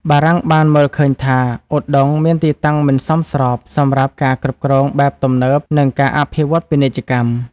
បារាំងបានមើលឃើញថា ឧដុង្គមានទីតាំងមិនសមស្របសម្រាប់ការគ្រប់គ្រងបែបទំនើបនិងការអភិវឌ្ឍន៍ពាណិជ្ជកម្ម។